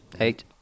Eight